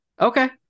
Okay